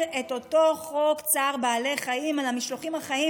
את אותו חוק צער בעלי חיים על המשלוחים החיים.